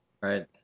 Right